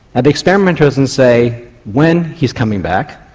ah the experimenter doesn't say when he's coming back,